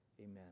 Amen